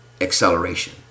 acceleration